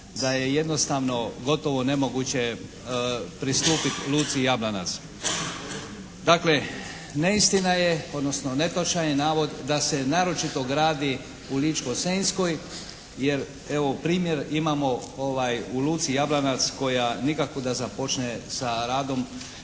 da je jednostavno gotovo nemoguće pristupiti luci Jablanac. Dakle neistina je, odnosno netočan je navod da se naročito gradi u Ličko-senjskoj jer evo primjer imamo u luci Jablanac koja nikako da započne sa radom